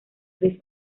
tres